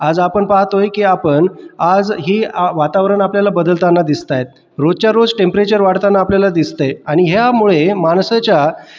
आज आपण पाहतोय की आपण आजही वातावरण आपल्याला बदलताना दिसत आहेत रोजच्या रोज टेम्परेचर वाढताना आपल्याला दिसत आहे आणि ह्यामुळे माणसाच्या